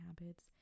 habits